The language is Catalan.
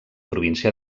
província